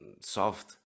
soft